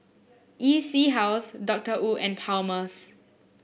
EC House Doctor Wu and Palmer's